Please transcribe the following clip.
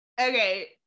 okay